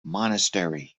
monastery